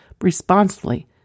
responsibly